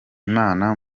imana